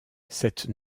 cette